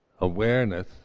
awareness